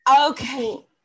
Okay